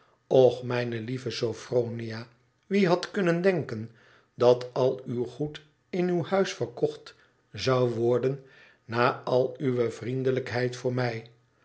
och mijne lieve sophronia wie had kunnen denken dat al uw goed in uw huis verkocht zou worden na al uwe vriendelijkheid voor mij